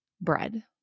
bread